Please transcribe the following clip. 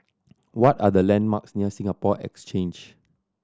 what are the landmarks near Singapore Exchange